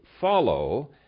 follow